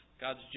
God's